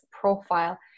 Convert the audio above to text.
profile